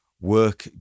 work